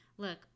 Look